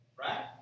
Right